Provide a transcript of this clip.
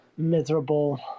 miserable